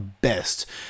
best